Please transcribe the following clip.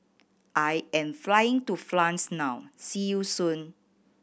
I am flying to France now see you soon